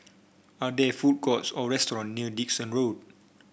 are there food courts or restaurants near Dickson Road